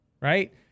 right